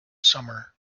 summer